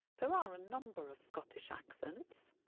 there are a number of scottish accents,